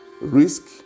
Risk